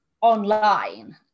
online